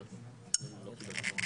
אני מבקש שכל